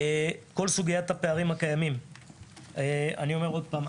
לגבי סוגיית הפערים הקיימים אני אומר עוד פעם: